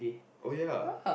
oh ya